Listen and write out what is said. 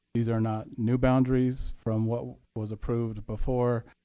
these are not new boundaries from what was approved before.